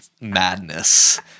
madness